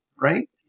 right